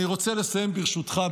ברשותך,